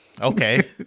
Okay